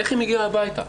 איך היא מגיעה הביתה,